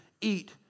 eat